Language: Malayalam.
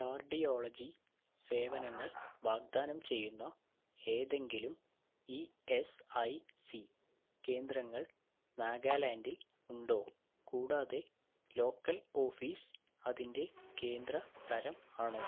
കാർഡിയോളജി സേവനങ്ങൾ വാഗ്ദാനം ചെയ്യുന്ന ഏതെങ്കിലും ഇ എസ് ഐ സി കേന്ദ്രങ്ങൾ നാഗാലാൻഡിൽ ഉണ്ടോ കൂടാതെ ലോക്കൽ ഓഫീസ് അതിൻ്റെ കേന്ദ്ര തരം ആണോ